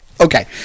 Okay